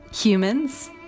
humans